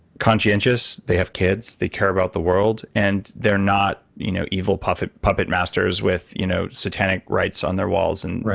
conscientious. they have kids. they care about the world, and they're not you know evil puppet puppet masters with you know satanic rites on their walls and, josh right.